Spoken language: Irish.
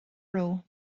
raibh